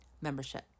Membership